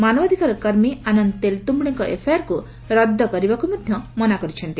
ମାନବାଧିକାର କର୍ମୀ ଆନନ୍ଦ ତେଲତ୍ରମ୍ୟଡେଙ୍କ ଏଫ୍ଆଇଆର୍କୁ ରଦ୍ଦ କରିବାକୁ ମଧ୍ୟ ମନା କରିଛନ୍ତି